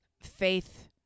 faith